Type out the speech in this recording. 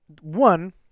one